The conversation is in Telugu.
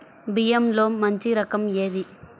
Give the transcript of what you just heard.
బియ్యంలో మంచి రకం ఏది?